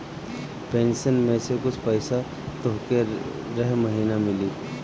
pension में से कुछ पईसा तोहके रह महिना मिली